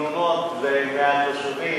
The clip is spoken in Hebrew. תלונות מהתושבים,